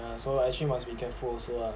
yeah so like actually must be careful also lah